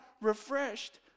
refreshed